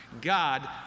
God